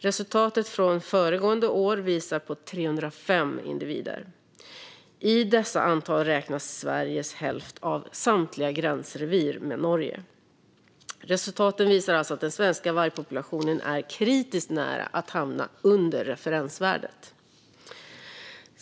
Resultatet från föregående år visade på 305 individer. I dessa antal räknas Sveriges hälft av samtliga gränsrevir med Norge. Resultaten visar alltså att den svenska vargpopulationen är kritiskt nära att hamna under referensvärdet.